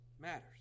matters